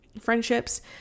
friendships